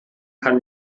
kann